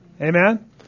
Amen